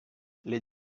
les